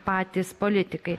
patys politikai